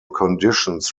conditions